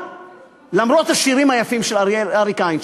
למרות השירים היפים של אריק איינשטיין,